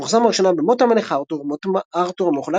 פורסם לראשונה ב"מות המלך ארתור מות ארתור המחולק